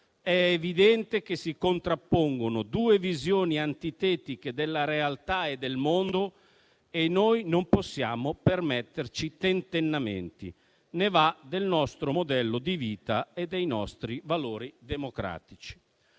è evidente che si contrappongono due visioni antitetiche della realtà e del mondo e noi non possiamo permetterci tentennamenti, perché ne vanno del nostro modello di vita e dei nostri valori democratici.